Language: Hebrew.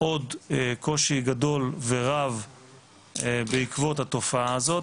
עוד קושי גדול ורב בעקבות התופעה הזאת,